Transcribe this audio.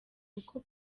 niko